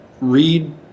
read